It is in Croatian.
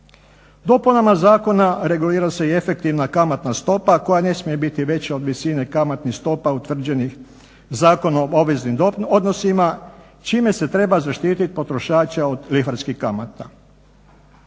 Dopunama zakona regulira se i efektivna kamatna stopa koja ne smije biti veća od visine kamatnih stopa utvrđenih Zakonom o obveznim odnosima čime se treba zaštitit potrošača od lihvarskih kamata.